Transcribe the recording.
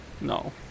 no